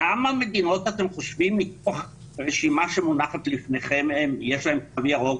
כמה מדינות אתם חושבים מתוך רשימה שמונחת לפניכם יש להם תו ירוק?